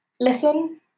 listen